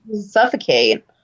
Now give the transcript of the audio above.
Suffocate